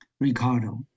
Ricardo